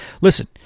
Listen